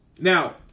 now